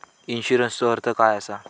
इन्शुरन्सचो अर्थ काय असा?